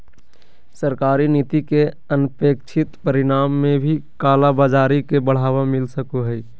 सरकारी नीति के अनपेक्षित परिणाम में भी कालाबाज़ारी के बढ़ावा मिल सको हइ